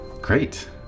Great